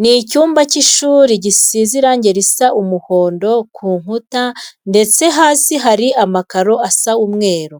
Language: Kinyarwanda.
Ni icyumba cy'ishuri gisize irange risa umuhondo ku nkuta ndetse hasi harimo amakaro asa umweru.